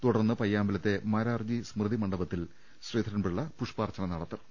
തുടർന്ന് പയ്യാമ്പലത്തെ മാരാർജി സ്മൃതി മണ്ഡപത്തിൽ ശ്രീധരൻപിള്ള പുഷ്പാർച്ചന നടത്തും